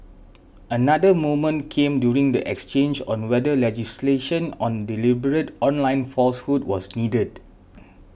another moment came during the exchange on whether legislation on deliberate online falsehood was needed